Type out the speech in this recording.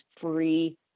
free